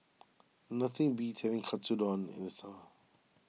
nothing beats having Katsudon in the summer